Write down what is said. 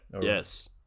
Yes